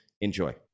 Enjoy